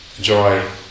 joy